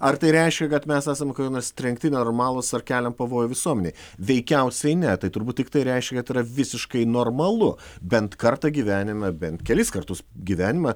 ar tai reiškia kad mes esam kokie nors trenkti nenormalūs ar keliam pavojų visuomenei veikiausiai ne tai turbūt tiktai reiškia kad tai yra visiškai normalu bent kartą gyvenime bent kelis kartus gyvenime